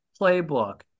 playbook